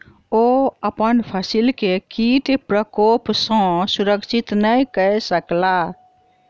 ओ अपन फसिल के कीट प्रकोप सॅ सुरक्षित नै कय सकला